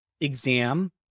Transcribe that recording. exam